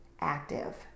active